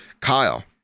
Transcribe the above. Kyle